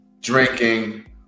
drinking